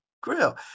Grill